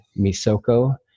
Misoko